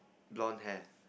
blonde hair